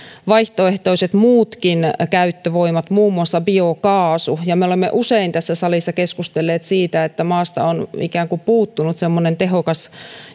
muutkin vaihtoehtoiset käyttövoimat muun muassa biokaasu me olemme usein tässä salissa keskustelleet siitä että maasta on ikään kuin puuttunut semmoinen tehokas